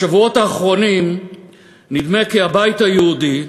בשבועות האחרונים נדמה כי הבית היהודי,